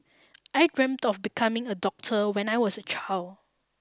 I dreamt of becoming a doctor when I was a child